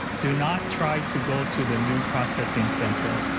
do not try to go to the new processing center.